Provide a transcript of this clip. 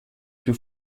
più